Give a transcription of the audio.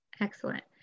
excellent